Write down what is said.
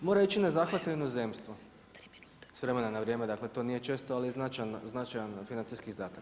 Mora ići na zahvate u inozemstvo s vremena na vrijeme, dakle to nije često ali značajan financijski izdatak.